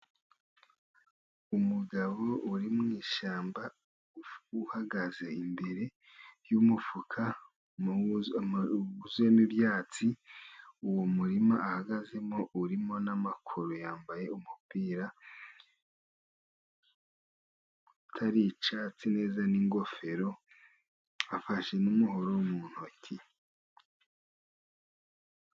Umugabo uri mu ishyamba uhagaze imbere y'umufuka huzuyemo ibyatsi, uwo murima ahagazemo urimo n'amakoro, yambaye umupira utari icyatsi neza n'ingofero, afashe n'umuhoro mu ntoki.